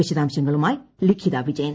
വിശദാംശങ്ങളുമായി ലിഖിത വിജയൻ